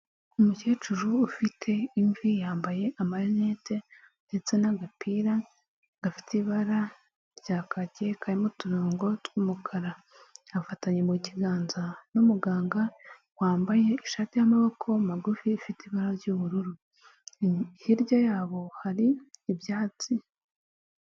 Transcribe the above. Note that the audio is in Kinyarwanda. Umukecuru ufite imvi yambaye amarinete ndetse n'agapira gafite ibara rya kake karimo uturongo tw'umukara, yafatanye mu kiganza n'umuganga wambaye ishati y'amaboko magufi ifite ibara ry'ubururu, hirya yabo hari ibyatsi.